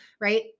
right